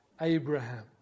Abraham